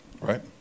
Right